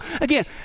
again